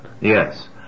Yes